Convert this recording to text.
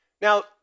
Now